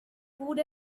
food